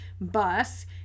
bus